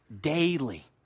daily